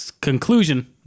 conclusion